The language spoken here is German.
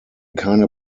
keine